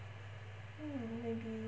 maybe